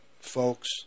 folks